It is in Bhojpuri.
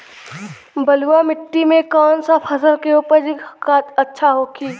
बलुआ मिट्टी में कौन सा फसल के उपज अच्छा होखी?